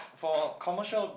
for commercial